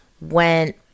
went